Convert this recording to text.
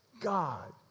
God